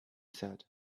said